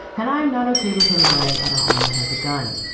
and i'm not okay with him blowing at a home that has a gun.